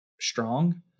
strong